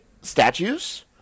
statues